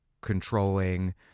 controlling